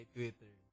Twitter